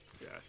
Yes